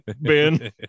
Ben